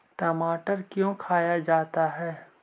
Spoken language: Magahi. टमाटर क्यों खाया जाता है?